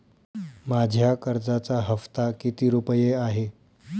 माझ्या कर्जाचा हफ्ता किती रुपये आहे?